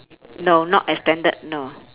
no not extended no